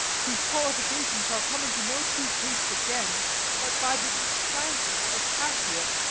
whose qualification shall come into no true taste again but by the displanting of cassio.